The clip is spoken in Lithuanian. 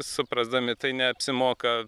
suprasdami tai neapsimoka